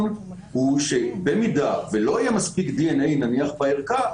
בכך שבמידה ולא יהיה מספיק דנ"א בערכה,